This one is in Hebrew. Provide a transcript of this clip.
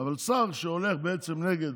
אבל שר שהולך בעצם נגד